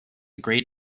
great